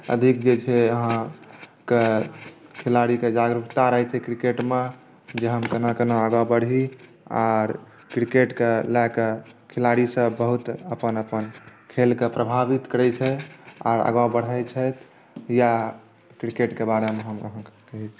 अधिक जे छै अहाँकेँ खिलाड़ीकेँ जागरूकता रहैत छै क्रिकेटमे जे हम केना केना आगाँ बढ़ी आर क्रिकेटकेँ लए कऽ खिलाड़ीसभ बहुत अपन अपन खेलकेँ प्रभावित करैत छै आर आगाँ बढ़ैत छथि इएह क्रिकेटके बारेमे हम अहाँकेँ कहैत छी